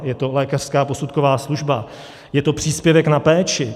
Je to lékařská posudková služba, je to příspěvek na péči.